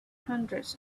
hundreds